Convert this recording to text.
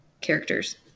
characters